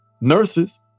nurses